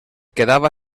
quedava